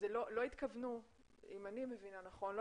אם אני מבינה נכון,